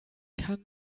kann